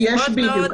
מסיבות מאוד קיצוניות.